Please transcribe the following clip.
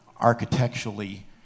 architecturally